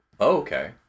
Okay